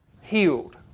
healed